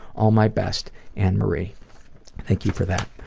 all my best ann-marie thank you for that.